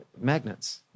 magnets